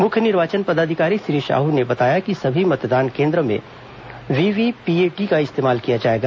मुख्य निर्वाचन पदाधिकारी श्री साहू ने बताया कि सभी मतदान केंद्र में वीवीपीएटी का इस्तेमाल किया जाएगा